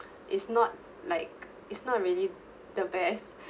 it's not like it's not really the best